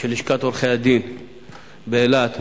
של לשכת עורכי-הדין באילת,